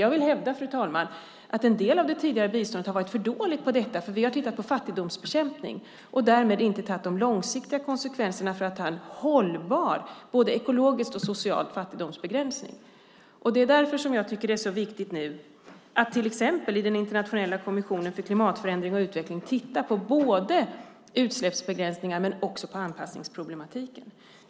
Jag vill hävda, fru talman, att en del av det tidigare biståndet har varit för dåligt på detta, för vi har tittat på fattigdomsbekämpning och därmed inte tagit de långsiktiga konsekvenserna av att ha en ekologiskt och socialt hållbar fattigdomsbegränsning. Det är därför jag tycker att det är så viktigt nu att till exempel i den internationella kommissionen för klimatförändring och utveckling titta på både utsläppsbegränsningar och anpassningsproblematiken.